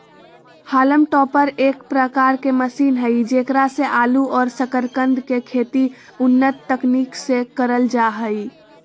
haulm topper एक प्रकार के मशीन हई जेकरा से आलू और सकरकंद के खेती उन्नत तकनीक से करल जा हई